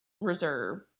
reserve